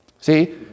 see